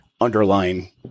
underlying